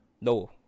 No